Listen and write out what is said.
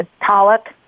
Pollock